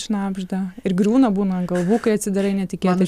šnabžda ir griūna būna galvų kai atsidarai netikėtai